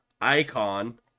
icon